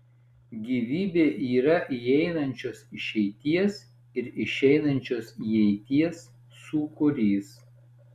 gyvybė yra įeinančios išeities ir išeinančios įeities sūkurys